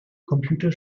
computer